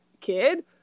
kid